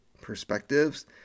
perspectives